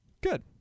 Good